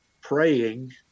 praying